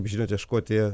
kaip žinote škotija